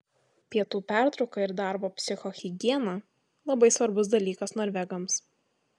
pietų pertrauka ir darbo psichohigiena labai svarbus dalykas norvegams